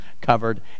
covered